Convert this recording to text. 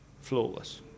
flawless